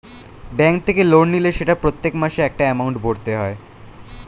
bank থেকে loan নিলে সেটা প্রত্যেক মাসে একটা এমাউন্ট ভরতে হয়